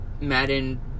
Madden